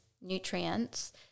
nutrients